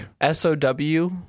S-O-W